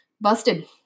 Busted